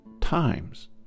times